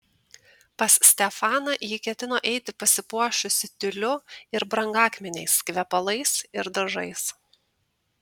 pas stefaną ji ketino eiti pasipuošusi tiuliu ir brangakmeniais kvepalais ir dažais